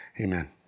Amen